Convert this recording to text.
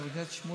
חבר הכנסת שמולי,